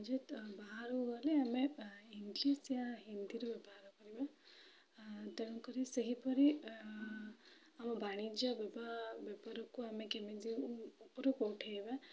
ଯେତେ ବାହାରକୁ ଗଲେ ଆମେ ଇଂଗ୍ଲିଶ୍ ୟା ହିନ୍ଦୀର ବ୍ୟବହାର କରିବା ତେଣୁକରି ସେହିପରି ଆମ ବାଣିଜ୍ୟ ବେପାରକୁ କେମିତି ଉପରୁକୁ ଉଠେଇବା